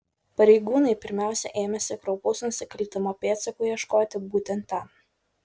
pareigūnai pirmiausia ėmėsi kraupaus nusikaltimo pėdsakų ieškoti būtent ten